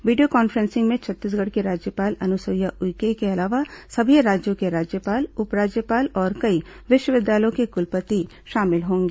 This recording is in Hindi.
वीडियो कॉन्फ्रेसिंग में छत्तीसगढ़ की राज्यपाल अनुसुईया उइके के अलावा सभी राज्यों के राज्यपाल उपराज्यपाल और कई विश्वविद्यालयों के कुलपति शामिल होंगे